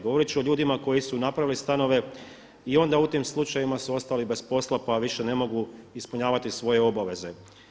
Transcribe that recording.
Govorit ću o ljudima koji su napravili stanove i onda u tim slučajevima su ostali bez posla pa više ne mogu ispunjavati svoje obaveze.